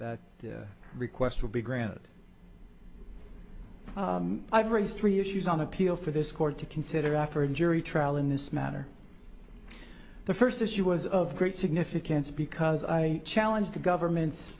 rebuttal request will be granted i've raised three issues on appeal for this court to consider after a jury trial in this matter the first issue was of great significance because i challenge the government's